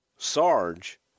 Sarge